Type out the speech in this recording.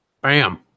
bam